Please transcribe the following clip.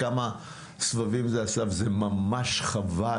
כמה סבבים זה עשה וזה ממש חבל,